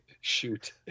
Shoot